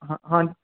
ਹਾਂ ਹਾਂਜੀ